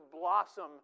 blossom